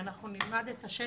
נלמד את השטח,